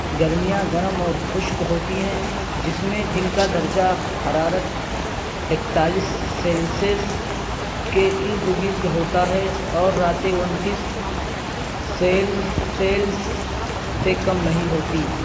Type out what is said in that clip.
گرمیاں گرم اور خشک ہوتی ہیں جس میں دن کا درجہ حرارت اکتالیس سیلسیس کے ارد گرد ہوتا ہے اور راتیں انتیس سیلسیلس سے کم نہیں ہوتیں